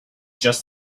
just